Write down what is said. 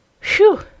Phew